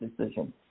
decision